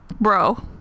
Bro